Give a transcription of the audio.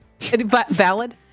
Valid